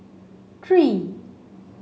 three